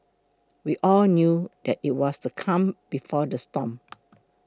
we all knew that it was the calm before the storm